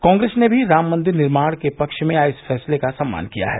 कांग्रेस ने भी राम मंदिर निर्माण के पक्ष में आए इस फैसले का सम्मान किया है